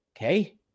Okay